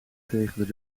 tegen